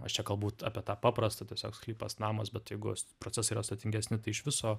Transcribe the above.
aš čia galbūt apie tą paprastą tiesiog sklypas namas bet jeigu procesai yra sudėtingesni tai iš viso